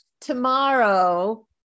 tomorrow